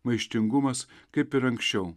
maištingumas kaip ir anksčiau